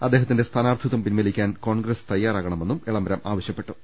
അദ്ദേഹത്തിന്റെ സ്ഥാനാർത്ഥിത്വം പിൻവലിക്കാൻ കോൺഗ്രസ് തയാറാകണമെന്നും എളമരം ആവശ്യപ്പെട്ടു